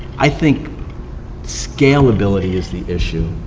i think scalability is the issue.